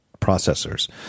processors